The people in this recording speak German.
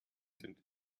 sind